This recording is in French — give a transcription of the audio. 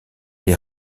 des